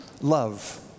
love